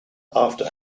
after